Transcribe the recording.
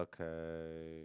Okay